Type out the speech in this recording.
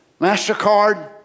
MasterCard